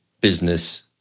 business